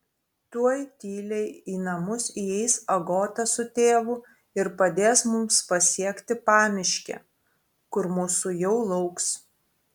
tuoj tyliai į namus įeis agota su tėvu ir padės mums pasiekti pamiškę kur mūsų jau lauks